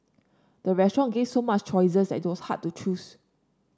the restaurant gave so much choices that it was hard to choose